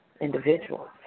individuals